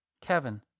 Kevin